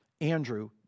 Andrew